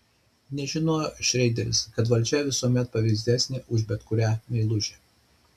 nežinojo šreideris kad valdžia visuomet pavydesnė už bet kurią meilužę